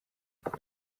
but